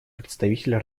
представитель